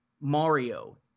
Mario